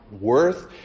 worth